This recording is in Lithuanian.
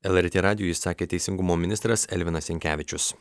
lrt radijui sakė teisingumo ministras elvinas jankevičius